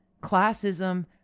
classism